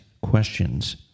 questions